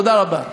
תודה רבה.